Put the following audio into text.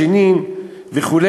ג'נין וכו'.